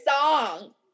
song